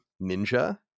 ninja